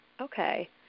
Okay